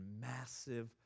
massive